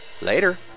Later